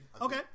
Okay